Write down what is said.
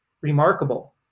remarkable